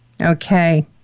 Okay